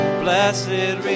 blessed